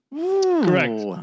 Correct